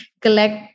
collect